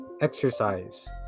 exercise